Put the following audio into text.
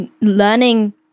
learning